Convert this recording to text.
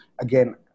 again